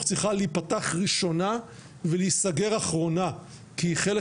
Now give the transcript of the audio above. צריכה להיפתח ראשונה ולהיסגר אחרונה כי היא חלק